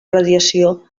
radiació